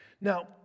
Now